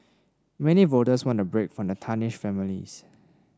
many voters want a break from the tarnished families